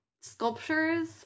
sculptures